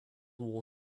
war